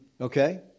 Okay